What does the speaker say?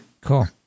Cool